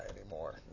anymore